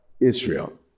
Israel